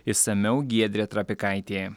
išsamiau giedrė trapikaitė